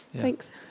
Thanks